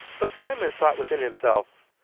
but diamond thought within himself,